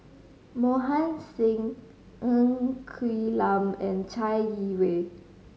Mohan Singh Ng Quee Lam and Chai Yee Wei